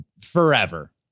forever